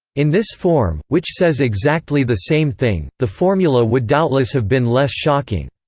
in this form, which says exactly the same thing, the formula would doubtless have been less shocking.